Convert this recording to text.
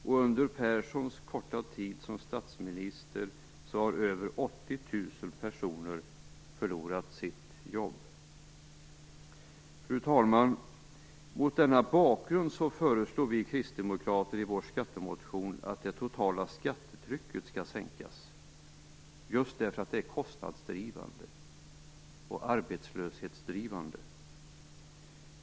Under Göran Perssons korta tid som statsminister har över 80 000 personer förlorat sitt jobb. Fru talman! Mot denna bakgrund föreslår vi kristdemokrater i vår skattemotion att det totala skattetrycket skall sänkas, just därför att det är kostnadsdrivande och arbetslöshetsdrivande.